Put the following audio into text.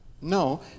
No